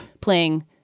playing